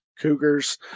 cougars